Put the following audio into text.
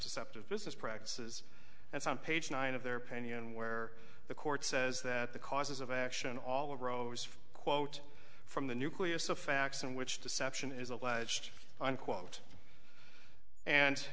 perceptive business practices that's on page nine of their opinion where the court says that the causes of action all arose from quote from the nucleus of facts in which deception is alleged unquote and